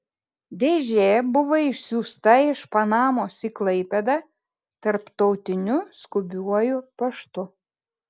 dėžė buvo išsiųsta iš panamos į klaipėdą tarptautiniu skubiuoju paštu